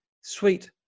sweet